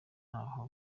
naho